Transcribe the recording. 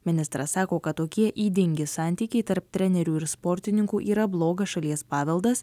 ministras sako kad tokie ydingi santykiai tarp trenerių ir sportininkų yra blogas šalies paveldas